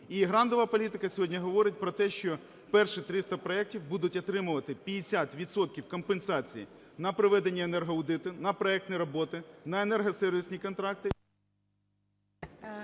і грантова політика сьогодні говорить про те, що перші 300 проектів будуть отримувати 50 відсотків компенсації на проведення енергоаудиту, на проектні роботи, на енергосервісні контракти…